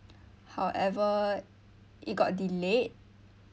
however it got delayed